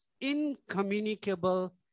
Incommunicable